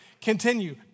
continue